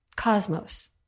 cosmos